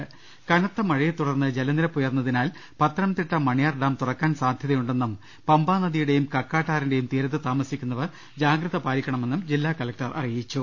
രിയ്ക്ക് ടെടി കനത്ത മഴയെത്തുടർന്ന് ജലനിരപ്പ് ഉയർന്നതിനാൽ പത്തനംത്തിട്ട മണി യാർ ഡാം തുറക്കാൻ സാധ്യത ഉണ്ടെന്നും പമ്പാ നദിയുടെയും കക്കാട്ട് ആറിന്റെയും തീരത്ത് താമസിക്കുന്നവർ ജാഗ്രത പാലിക്കണമെന്നും ജില്ലാ കലക്ടർ അറിയിച്ചു